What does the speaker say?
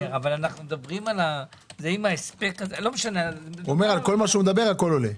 הוא אומר שעל כל מה שהוא מדבר, הכול עולה.